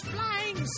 Flying